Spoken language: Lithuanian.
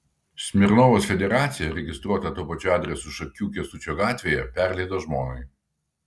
smirnovas federaciją registruotą tuo pačiu adresu šakių kęstučio gatvėje perleido žmonai